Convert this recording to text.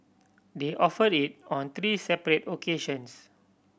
they offered it on three separate occasions